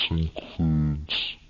includes